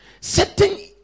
certain